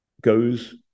goes